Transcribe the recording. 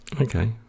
Okay